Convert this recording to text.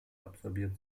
absorbiert